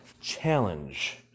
challenge